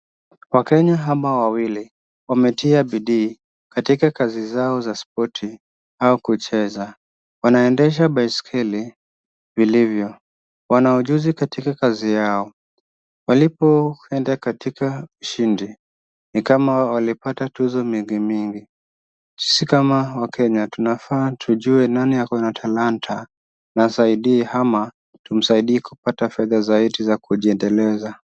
Wakenya hawa wawili wametia bidii katika kazi zao za spoti au kucheza. Wanaendesha baisikeli vilivyo. Wana ujuzi katika kazi yao. Walipoenda katika ushindi, ni kama walipata tuzo mingi mingi. Sisi kama wakenya tunafaa tujue nani ako na talanta na hasaidii ama tumsaidie kupata fedha za eti za kujiendeleza.